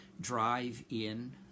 drive-in